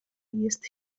jest